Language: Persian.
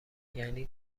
یعنی